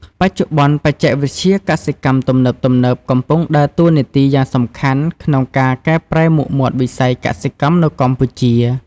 បច្ចុប្បន្នបច្ចេកវិទ្យាកសិកម្មទំនើបៗ កំពុងដើរតួនាទីយ៉ាងសំខាន់ក្នុងការកែប្រែមុខមាត់វិស័យកសិកម្មនៅកម្ពុជា។